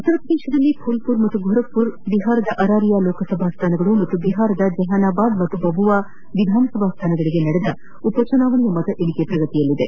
ಉತ್ತರ ಪ್ರದೇಶದಲ್ಲಿ ಫೂಲ್ಪುರ್ ಮತ್ತು ಗೋರಖ್ಪುರ್ ಬಿಹಾರದ ಅರಾರಿಯಾ ಲೋಕಸಭಾ ಸ್ಥಾನಗಳು ಮತ್ತು ಬಿಹಾರದ ಜೆಹಾನಾಬಾದ್ ಹಾಗೂ ಬಬುವಾ ವಿಧಾನಸಭಾ ಸ್ಥಾನಗಳಿಗೆ ನಡೆದ ಉಪಚುನಾವಣೆಯ ಮತ ಎಣಿಕೆ ಪ್ರಗತಿಯಲ್ಲಿದೆ